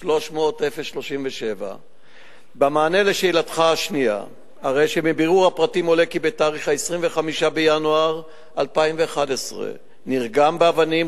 03-300-037. 2. מבירור הפרטים עולה כי ב-25 בינואר 2011 נרגם באבנים